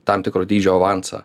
tam tikro dydžio avansą